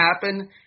happen